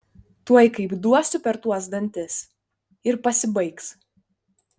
tuoj kaip duosiu per tuos dantis ir pasibaigs